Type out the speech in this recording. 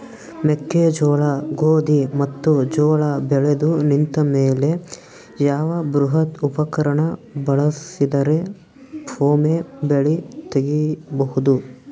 ಮೆಕ್ಕೆಜೋಳ, ಗೋಧಿ ಮತ್ತು ಜೋಳ ಬೆಳೆದು ನಿಂತ ಮೇಲೆ ಯಾವ ಬೃಹತ್ ಉಪಕರಣ ಬಳಸಿದರ ವೊಮೆ ಬೆಳಿ ತಗಿಬಹುದು?